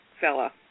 fella